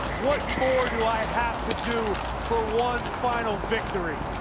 what more do i have to do for one final victory?